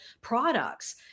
products